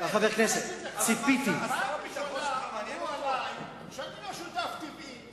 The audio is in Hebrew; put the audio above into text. פעם ראשונה אמרו עלי שאני לא שותף טבעי.